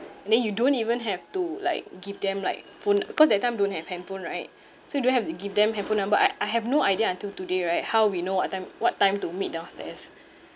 and then you don't even have to like give them like phone cause that time don't have handphone right so you don't have to give them handphone number I I have no idea until today right how we know what time what time to meet downstairs